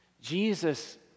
Jesus